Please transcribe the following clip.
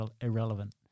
irrelevant